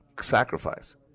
sacrifice